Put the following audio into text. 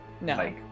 No